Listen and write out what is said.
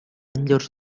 llurs